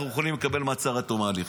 אנחנו יכולים לקבל מעצר עד תום ההליכים.